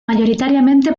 mayoritariamente